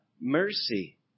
mercy